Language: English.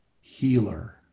Healer